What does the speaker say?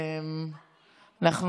אנחנו